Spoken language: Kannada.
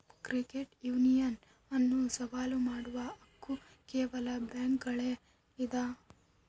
ಕ್ರೆಡಿಟ್ ಯೂನಿಯನ್ ಅನ್ನು ಸವಾಲು ಮಾಡುವ ಹಕ್ಕು ಕೇವಲ ಬ್ಯಾಂಕುಗುಳ್ಗೆ ಇದ